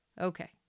Okay